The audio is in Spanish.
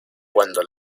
cuando